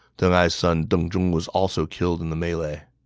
deng ai's son deng zhong was also killed in the melee.